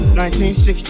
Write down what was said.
1960